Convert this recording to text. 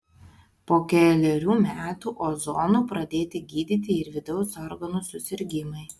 po kelerių metų ozonu pradėti gydyti ir vidaus organų susirgimai